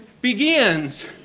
begins